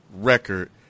record